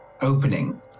opening